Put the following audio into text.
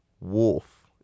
Wolf